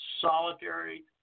solitary